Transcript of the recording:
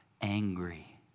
angry